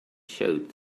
showed